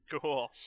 Cool